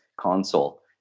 console